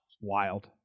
wild